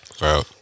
Right